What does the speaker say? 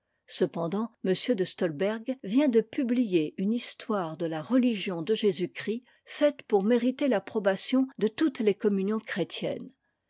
cependant m de stolberg vient de publier une histoire de la religion de jésus-christ faite pour mériter l'approbation de toutes les communions chrétiennes